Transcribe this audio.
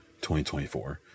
2024